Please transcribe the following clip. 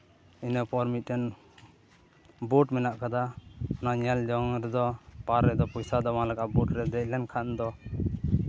ᱤᱱᱟᱹᱯᱚᱨ ᱢᱤᱫᱴᱮᱱ ᱵᱳᱴ ᱢᱮᱱᱟᱜ ᱠᱟᱫᱟ ᱚᱱᱟ ᱧᱮᱞ ᱡᱚᱝ ᱨᱮᱫᱚ ᱯᱟᱨᱠ ᱨᱮᱫᱚ ᱯᱚᱭᱥᱟ ᱵᱟᱝ ᱞᱟᱜᱟᱜᱼᱟ ᱵᱳᱴ ᱨᱮ ᱫᱮᱡ ᱞᱮᱱᱠᱷᱟᱱ ᱫᱚ